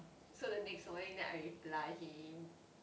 so the next morning then I reply him